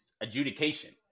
adjudication